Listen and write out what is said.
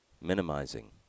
Minimizing